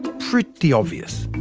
pretty obvious.